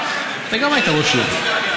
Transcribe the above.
גם אתה היית ראש עיר.